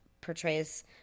portrays